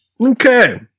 Okay